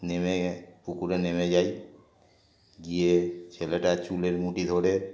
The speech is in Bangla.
নেমে পুকুরে নেমে যায় গিয়ে ছেলেটা চুলের মুঠি ধরে